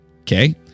Okay